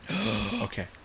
Okay